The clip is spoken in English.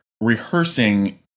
rehearsing